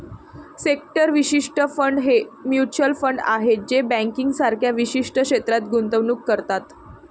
sector विशिष्ट fund हे mutual fund आहेत जे बँकिंग सारख्या विशिष्ट क्षेत्रात गुंतवणूक करतात